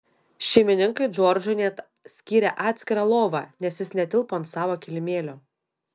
šeimininkai džordžui net skyrė atskirą lovą nes jis netilpo ant savo kilimėlio